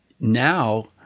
Now